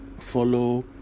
follow